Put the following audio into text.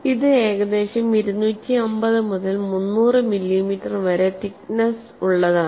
ഇത് ഏകദേശം 250 മുതൽ 300 മില്ലിമീറ്റർ വരെ തിക്നെസ്സ് ഉള്ളതാണ്